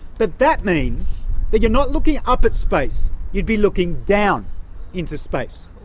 but that means that you're not looking up at space. you'd be looking down into space.